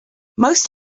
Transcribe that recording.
most